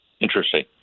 Interesting